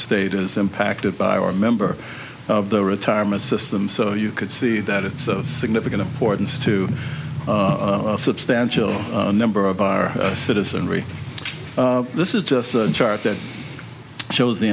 state is impacted by our member of the retirement system so you could see that it's of significant importance to a substantial number of our citizenry this is just a chart that shows the